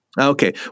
Okay